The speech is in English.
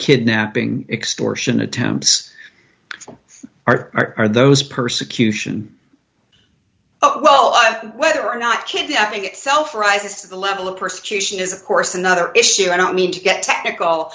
kidnapping extortion attempts are or are those persecution oh well i have whether or not kidnapping itself rises to the level of persecution is of course another issue i don't mean to get technical